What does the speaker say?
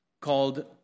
called